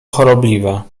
chorobliwe